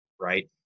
right